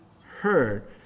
heard